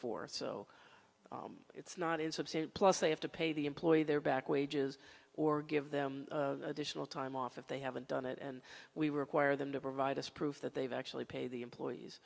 for so it's not it's obscene plus they have to pay the employee their back wages or give them additional time off if they haven't done it and we require them to provide us proof that they've actually pay the employees